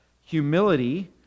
humility